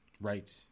Right